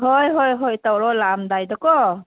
ꯍꯣꯏ ꯍꯣꯏ ꯍꯣꯏ ꯇꯧꯔꯣ ꯂꯥꯛꯑꯝꯗꯥꯏꯗꯀꯣ